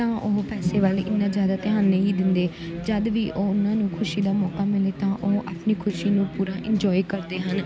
ਉਹ ਪੈਸੇ ਵੱਲ ਇੰਨਾ ਜ਼ਿਆਦਾ ਧਿਆਨ ਨਹੀਂ ਦਿੰਦੇ ਜਦੋਂ ਵੀ ਉਹਨਾਂ ਨੂੰ ਖੁਸ਼ੀ ਦਾ ਮੌਕਾ ਮਿਲੇ ਤਾਂ ਉਹ ਆਪਣੀ ਖੁਸ਼ੀ ਨੂੰ ਪੂਰਾ ਇੰਜੋਏ ਕਰਦੇ ਹਨ